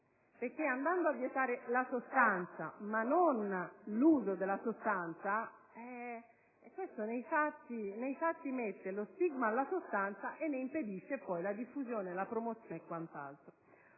se si vieta la sostanza, ma non l'uso della sostanza, nei fatti si mette lo stigma alla sostanza e se ne impedisce poi la diffusione, la promozione e quant'altro.